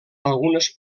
algunes